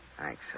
Thanks